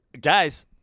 Guys